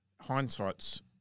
hindsight's